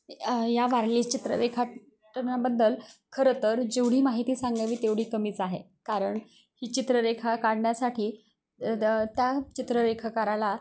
या वारली चित्ररेखाटनाबद्दल खरं तर जेवढी माहिती सांगावी तेवढी कमीच आहे कारण ही चित्ररेखा काढण्यासाठी द त्या चित्ररेखाकला